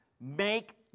make